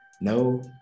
No